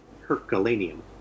Herculaneum